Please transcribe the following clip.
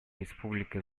республика